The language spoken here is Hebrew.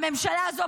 הממשלה הזו,